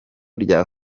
rya